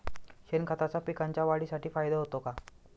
शेणखताचा पिकांच्या वाढीसाठी फायदा होतो का?